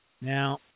Now